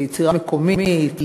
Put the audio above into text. ליצירה מקומית,